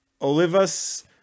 Olivas